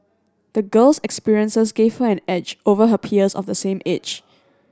the girl's experiences gave her an edge over her peers of the same age